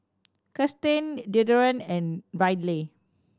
Kiersten Dereon and Ryley